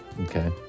Okay